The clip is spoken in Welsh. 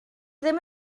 ddim